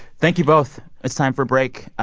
thank you both. it's time for a break.